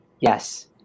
Yes